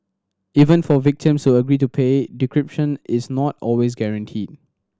even for victims who agree to pay decryption is not always guaranteed